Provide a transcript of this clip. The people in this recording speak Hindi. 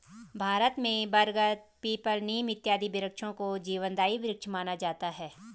भारत में बरगद पीपल नीम इत्यादि वृक्षों को जीवनदायी वृक्ष माना जाता है